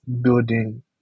building